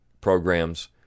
programs